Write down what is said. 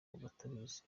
batabizi